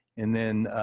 and then,